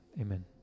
amen